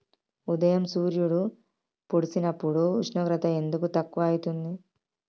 ఉదయం సూర్యుడు పొడిసినప్పుడు ఉష్ణోగ్రత ఎందుకు తక్కువ ఐతుంది?